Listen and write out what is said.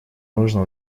нужно